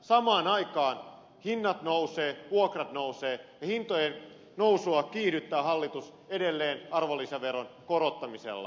samaan aikaan hinnat nousevat vuokrat nousevat ja hintojen nousua hallitus kiihdyttää edelleen arvonlisäveron korottamisella